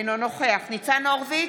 אינו נוכח ניצן הורוביץ,